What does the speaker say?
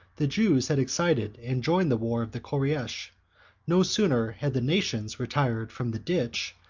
the jews had excited and joined the war of the koreish no sooner had the nations retired from the ditch,